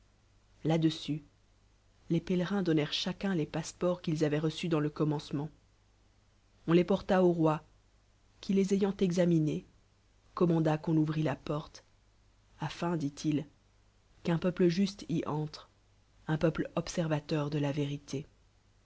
les pélerine donnèrent cha cun les paueports qu'ils avoient reçus dans le commencement on les porta au roi qui les ayant en minés commanda qu'on ouvrit la porte afin dit-il qu'an peuple juste y entre un peuple obaervatenr de la vérité